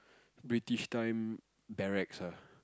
British time barracks ah